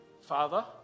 Father